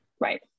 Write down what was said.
Right